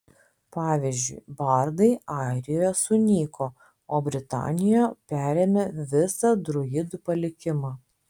pavyzdžiui bardai airijoje sunyko o britanijoje perėmė visą druidų palikimą